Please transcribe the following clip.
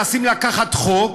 שימו לב איך מנסים לקחת חוק,